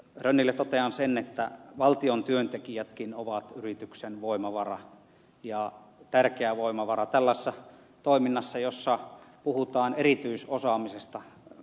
rönnille totean sen että valtion työntekijätkin ovat yrityksen voimavara ja tärkeä voimavara tällaisessa toiminnassa jossa puhutaan erityisosaamisesta